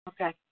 Okay